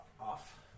off